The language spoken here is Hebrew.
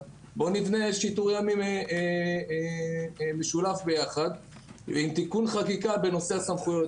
אז אולי אפשר לבנות שיטור ימי משולב עם תיקון חקיקה בנושא הסמכויות.